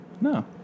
No